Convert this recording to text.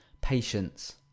patience